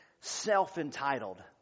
self-entitled